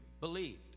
believed